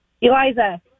Eliza